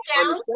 down